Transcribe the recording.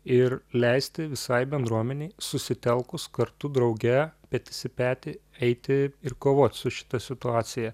ir leisti visai bendruomenei susitelkus kartu drauge petys į petį eiti ir kovot su šita situacija